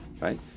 Right